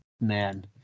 man